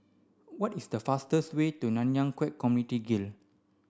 what is the fastest way to Nanyang Khek Community Guild